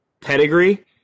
Pedigree